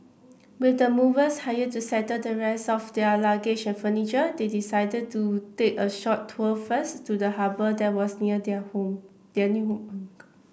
with the movers hired to settle the rest of their luggage and furniture they decided to take a short tour first to the harbour that was near their home their new home